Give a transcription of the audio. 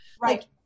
right